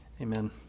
amen